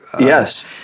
Yes